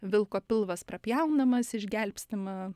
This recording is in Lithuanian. vilko pilvas prapjaunamas išgelbstima